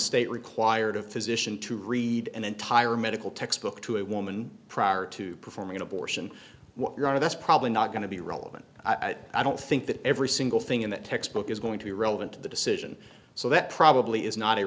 state required a physician to read an entire medical textbook to a woman prior to performing an abortion what you are that's probably not going to be relevant i don't think that every single thing in the textbook is going to be relevant to the decision so that probably is not a